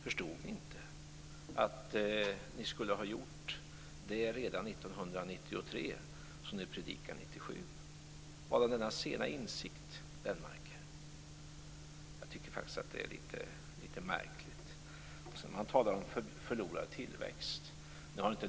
Förstod ni inte redan 1993 att ni skulle ha gjort det som ni predikar 1997? Vadan denna sena insikt, Lennmarker? Jag tycker faktiskt att det är litet märkligt. Man talar om förlorad tillväxt.